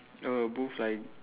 err both flying